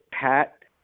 Pat